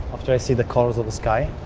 after i see the colors of the sky.